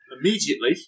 Immediately